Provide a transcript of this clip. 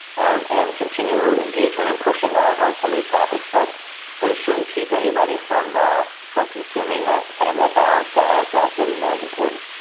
and and continued engagement and pushing on on some of these topics, but but it shouldn't keep anybody from ah from consuming that kind of that balanced diet that that we know is important.